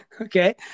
okay